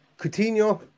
Coutinho